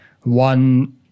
one